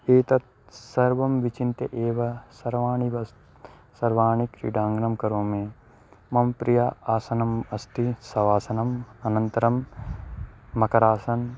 एतत् सर्वं विचिन्त्य एव सर्वाणि वस् सर्वाणि क्रीडाङ्गणे करोमि मम प्रियम् आसनम् अस्ति शवासनम् अनन्तरं मकरासनम्